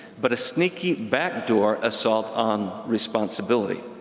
but a sneaky backdoor assault on responsibility.